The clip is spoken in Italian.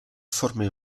forme